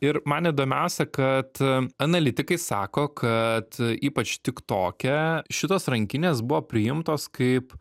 ir man įdomiausia kad analitikai sako kad ypač tik toke šitos rankinės buvo priimtos kaip